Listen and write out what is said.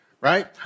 right